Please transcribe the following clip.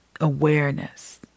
Awareness